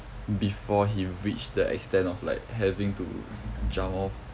before he reached the extent of like having to jump off